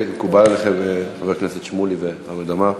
בסדר, מקובל עליכם, חברי הכנסת שמולי וחמד עמאר?